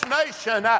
nation